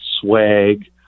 swag